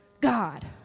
God